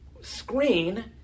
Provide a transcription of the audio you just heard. screen